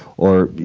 or,